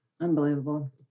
Unbelievable